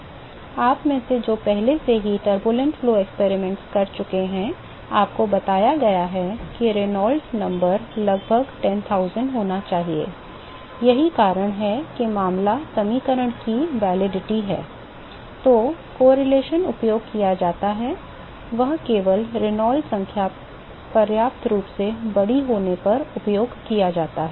आप में से जो पहले से ही अशांत प्रवाह प्रयोग कर चुके हैं आपको बताया गया है कि रेनॉल्ड्स संख्या लगभग 10000 होनी चाहिए यही कारण है कि मामला समीकरण की वैधता है जो सहसंबंध उपयोग किया जाता है वह केवल रेनॉल्ड्स संख्या पर्याप्त रूप से बड़ी होने पर उपयोग किया जाता है